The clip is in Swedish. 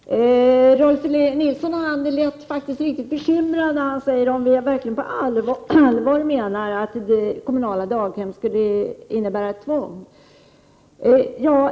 Herr talman! Rolf Nilson lät faktiskt riktigt bekymrad när han undrade om vi på allvar menar att kommunala daghem skulle innebära tvång.